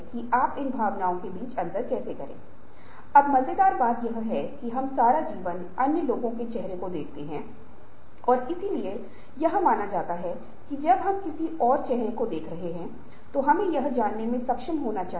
यदि उत्पादन एक नया उत्पाद पेश कर रही है तो आर और डी से इनपुट प्राप्त करने और उसी संगठन में मार्केटिंग टीम उत्पाद के विपणन के लिए सहमत नहीं हो सकती है